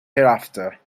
hereafter